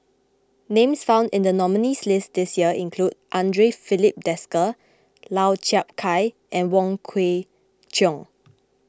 names found in the nominees' list this year include andre Filipe Desker Lau Chiap Khai and Wong Kwei Cheong